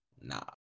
Nah